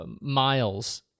Miles